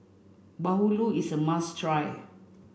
Bahulu is a must try